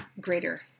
greater